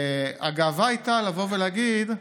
הגאווה הייתה לבוא ולהגיד: